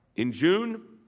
in june,